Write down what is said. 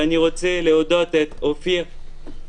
ואני רוצה להודות לאופיר.